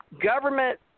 government